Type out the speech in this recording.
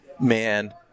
man